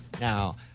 Now